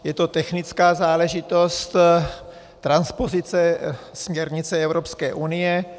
Je to technická záležitost, transpozice směrnice Evropské unie.